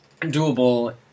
doable